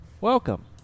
Welcome